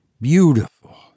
Beautiful